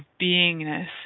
beingness